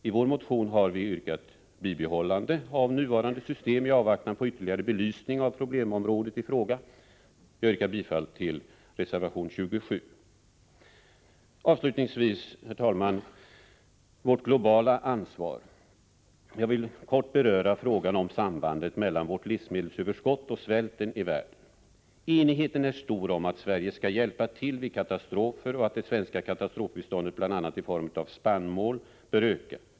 I vår motion har vi yrkat bibehållande av nuvarande system i avvaktan på ytterligare belysning av problemområdet i fråga. Jag yrkar bifall till reservation 27. Avslutningsvis, herr talman, om vårt globala ansvar. Jag vill kort beröra frågan om sambandet mellan vårt livsmedelsöverskott och svälten i världen. Enigheten är stor om att Sverige skall hjälpa till vid katastrofer, och att det svenska katastrofbiståndet, bl.a. i form av spannmål, bör öka.